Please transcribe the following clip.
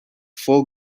four